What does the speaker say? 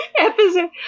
episode